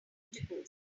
intercourse